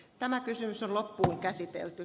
tämä kysymys on käsitelty